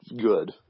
good